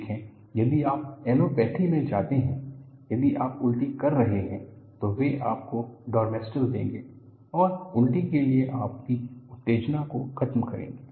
देखें यदि आप एलोपैथी में जाते हैं यदि आप उल्टी कर रहे हैं तो वे आपको डॉर्मस्टल देंगे और उल्टी के लिए आपकी उत्तेजना को खतम करेंगे